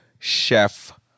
Chef